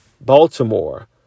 Baltimore